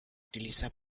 utiliza